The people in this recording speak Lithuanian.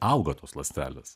auga tos ląstelės